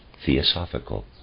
Theosophical